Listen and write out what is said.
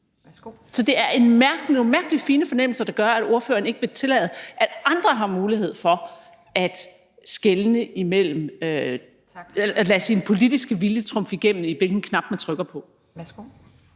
Så det er nogle mærkelige fine fornemmelser, der gør, at ordføreren ikke vil tillade, at andre har mulighed for at lade deres politiske vilje trumfe igennem, i forhold til hvilken knap man trykker på.